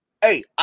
Hey